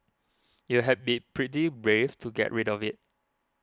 you had been pretty brave to get rid of it